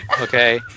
Okay